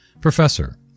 Professor